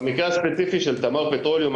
במקרה הספציפי של תמר פטרוליום,